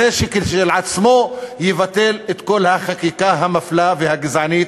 זה כשלעצמו יבטל את כל החקיקה המפלה והגזענית